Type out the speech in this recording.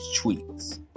tweets